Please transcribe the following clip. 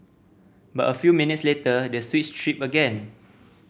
but a few minutes later the switch tripped again